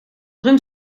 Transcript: rum